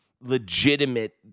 legitimate